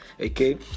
Okay